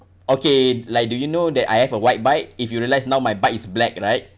okay like do you know that I have a white bike if you realise now my bike is black right